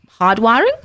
hardwiring